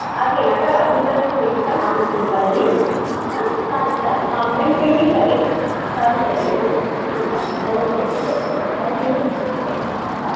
आज येणार का रात्रीपर्यंत येईल का माणूस तुमचा घरी हां चालेल चालेल मग ऑनलाईन पेमेंट करेल चालू शकेल ना हां चालेल okay okay okay okay thank you okay bye